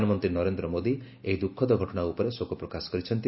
ପ୍ରଧାନମନ୍ତ୍ରୀ ନରେନ୍ଦ୍ର ମୋଦୀ ଏହି ଦୁଃଖଦ ଘଟଣା ଉପରେ ଶୋକ ପ୍ରକାଶ କରିଛନ୍ତି